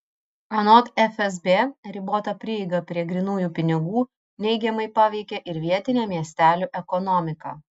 anot fsb ribota prieiga prie grynųjų pinigų neigiamai paveikia ir vietinę miestelių ekonomiką